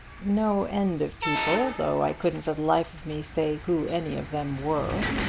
no end of people though i couldn't for the life of me say who any of them were.